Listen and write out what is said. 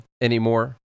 anymore